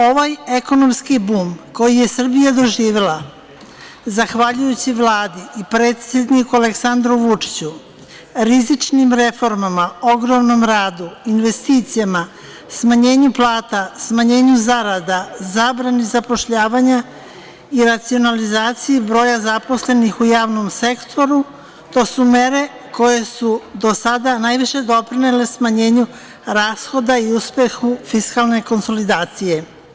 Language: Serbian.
Ovaj ekonomski bum koji je Srbija doživela zahvaljujući Vladi i predsedniku Aleksandru Vučiću, rizičnim reformama, ogromnom radu, investicijama, smanjenju plata, smanjenju zarada, zabrani zapošljavanja i racionalizaciji broja zaposlenih u javnom sektoru, to su mere koje su do sada najviše doprinele smanjenju rashoda i uspehu fiskalne konsolidacije.